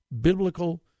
biblical